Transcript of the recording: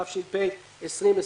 התש"ף ‏2020,